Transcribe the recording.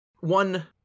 one